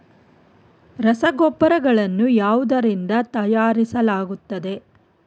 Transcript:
ರಸಗೊಬ್ಬರಗಳನ್ನು ಯಾವುದರಿಂದ ತಯಾರಿಸಲಾಗುತ್ತದೆ?